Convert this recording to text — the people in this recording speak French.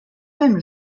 même